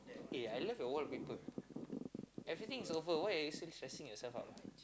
eh I love your wallpaper everything is over why are you still stressing yourself out